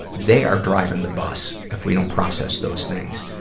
they are driving the bus, if we don't process those things.